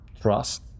trust